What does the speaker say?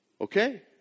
Okay